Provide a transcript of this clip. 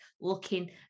looking